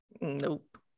Nope